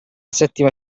settima